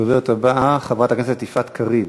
הדוברת הבאה, חברת הכנסת יפעת קריב.